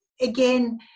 Again